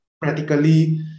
practically